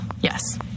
Yes